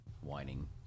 whining